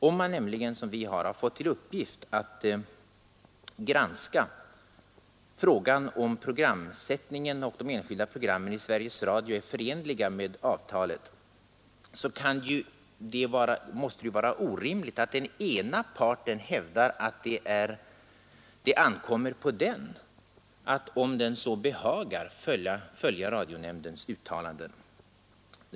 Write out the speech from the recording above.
Om nämligen nämnden har fått till uppgift att granska frågan, om programsättningen och de enskilda programmen i Sveriges Radio är förenliga med avtalet, måste det vara orimligt att den ena parten hävdar att det ankommer enbart på den att, om den så behagar, följa radionämndens uttalanden.